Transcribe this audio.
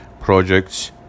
projects